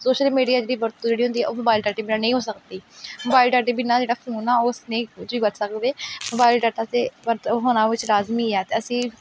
social media ਦੀ ਜਿਹੜੀ ਵਰਤੋਂ ਜਿਹੜੀ ਹੁੰਦੀ ਹੈ ਉਹ ਮੋਬਾਇਲ ਡਾਟੇ ਬਗੈਰ ਨਹੀਂ ਹੋ ਸਕਦੀ ਮੋਬਾਇਲ ਡਾਟੇ ਬਿਨਾਂ ਜਿਹੜਾ ਫੋਨ ਆ ਉਹ ਅਸੀਂ ਨਹੀਂ ਕੁਛ ਵੀ ਵਰਤ ਸਕਦੇ ਮੋਬਾਇਲ ਡਾਟਾ 'ਤੇ ਵਰਤ ਹੋਣਾ ਵਿੱਚ ਲਾਜ਼ਮੀ ਹੈ ਅਤੇ ਅਸੀਂ